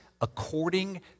according